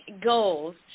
goals